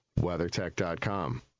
WeatherTech.com